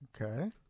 Okay